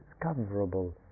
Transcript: discoverable